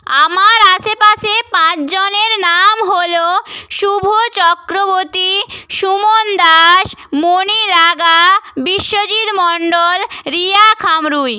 আমার আশেপাশে পাঁচজনের নাম হলো শুভ চক্রবর্তী সুমন দাস মণি রাগা বিশ্বজিৎ মন্ডল রিয়া খামরুই